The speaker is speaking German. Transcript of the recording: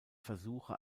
versuche